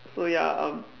so ya um